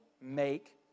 make